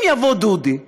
אם יבוא דודי ויגיד: